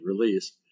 released